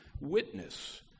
witness